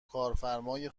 کارفرمای